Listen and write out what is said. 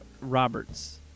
Roberts